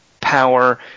power